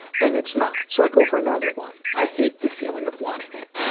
then it's not, so i go for another one. i hate the feeling of wanting it.